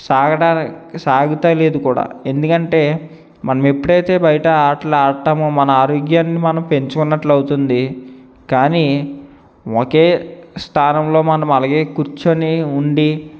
సాగడా సాగతాలేదు కూడా ఎందుకంటే మనం ఎప్పుడు అయితే బయట ఆటలు ఆడతామో మన ఆరోగ్యాన్ని మనం పెంచుకున్నట్లు అవుతుంది కానీ ఒకే స్థానంలో మనం అలాగే కూర్చొని ఉండి